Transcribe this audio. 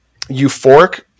euphoric